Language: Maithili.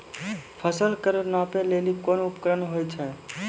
फसल कऽ नापै लेली कोन उपकरण होय छै?